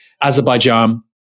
Azerbaijan